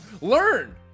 learn